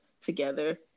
together